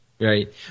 Right